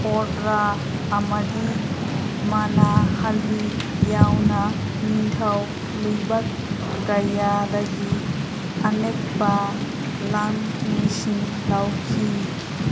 ꯑꯣꯔꯔꯥ ꯑꯃꯗꯤ ꯃꯅꯥꯍꯜꯂꯤ ꯌꯥꯎꯅ ꯅꯤꯡꯊꯧ ꯂꯩꯕꯥꯛ ꯀꯌꯥꯗꯒꯤ ꯑꯅꯦꯛꯄ ꯂꯥꯟꯃꯤꯁꯤꯡ ꯂꯧꯈꯤ